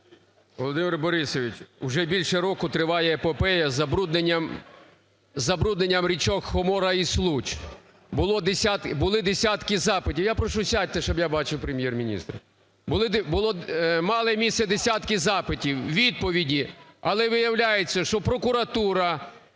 Володимире Борисовичу, уже більше року триває епопея з забрудненням річок Хомора і Случ. Були десятки запитів. Я прошу, сядьте, щоб я бачив Прем’єр-міністра. Мали місце десятки запитів, відповіді. Але, виявляється, що прокуратура,